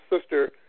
sister